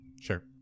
sure